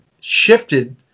shifted